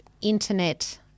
Internet